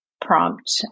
prompt